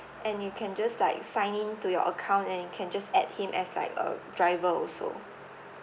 and you can just like sign in to your account and you can just add him as like a driver also